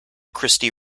christy